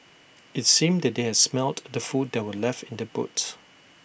IT seemed that they had smelt the food that were left in the boots